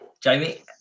Jamie